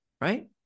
right